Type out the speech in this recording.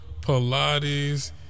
Pilates